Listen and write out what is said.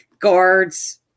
Guards